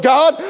God